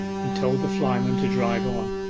and told the flyman to drive on.